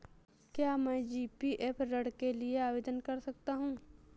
क्या मैं जी.पी.एफ ऋण के लिए आवेदन कर सकता हूँ?